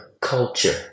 culture